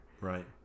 right